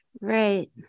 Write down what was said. Right